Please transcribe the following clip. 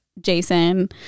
Jason